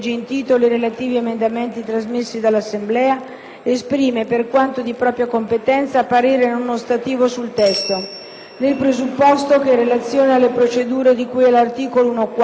esprime, per quanto di propria competenza, parere non ostativo sul testo, nel presupposto che, in relazione alle procedure di cui all'articolo l-*quater*, si tratti di una mera facoltà degli enti,